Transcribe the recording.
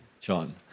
John